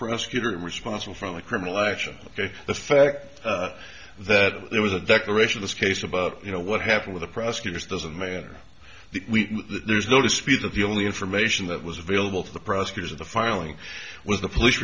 prosecutor and responsible from a criminal action ok the fact that there was a declaration this case about you know what happened with the prosecutors doesn't matter there's no dispute that the only information that was available to the prosecutors of the filing was the police